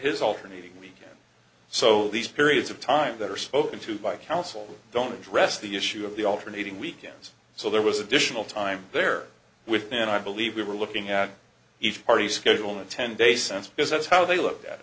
his alternating weekend so these periods of time that are spoken to by counsel don't address the issue of the alternating weekends so there was additional time there with him and i believe we were looking at each party schedule a ten day sense because that's how they looked at it